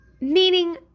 Meaning